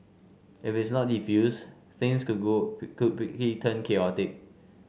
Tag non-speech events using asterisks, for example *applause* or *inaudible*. if it's not defused things could go quickly *unintelligible* chaotic